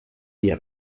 día